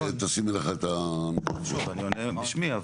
אני עונה בשמי,